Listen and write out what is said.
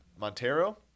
Montero